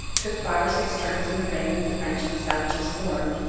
took five or six turns in the ring that the french and the savages formed,